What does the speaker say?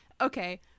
Okay